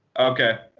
ok.